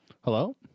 Hello